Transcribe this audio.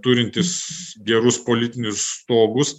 turintis gerus politinius stogus